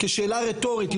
כשאלה רטורית,